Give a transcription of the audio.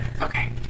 okay